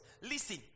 Listen